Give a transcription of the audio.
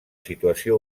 situació